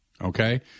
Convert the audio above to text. Okay